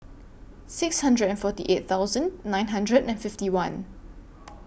six hundred and forty eight thousand nine hundred and fifty one